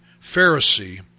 Pharisee